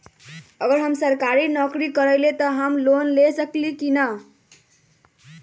अगर हम सरकारी नौकरी करईले त हम लोन ले सकेली की न?